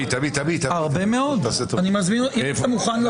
שישה נגד, אין נמנעים.